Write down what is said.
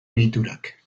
egiturak